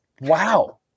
Wow